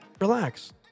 Relax